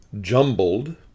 jumbled